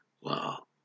Wow